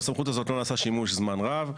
בסמכות הזאת לא נעשה שימוש זמן רב,